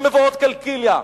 במבואות קלקיליה.